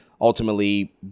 ultimately